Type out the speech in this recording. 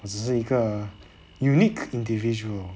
我只是一个 unique individual